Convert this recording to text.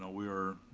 ah we are,